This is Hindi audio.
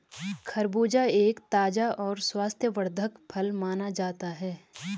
खरबूजा एक ताज़ा और स्वास्थ्यवर्धक फल माना जाता है